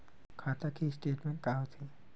खाता के स्टेटमेंट का होथे?